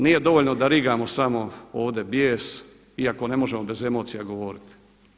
Nije dovoljno da rigamo samo ovdje bijes iako ne možemo bez emocija govoriti.